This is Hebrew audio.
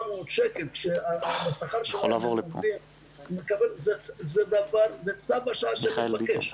שקל כשהשכר שלהם --- זה צו השעה שמתבקש.